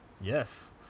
yes